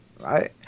right